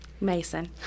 Mason